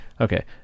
Okay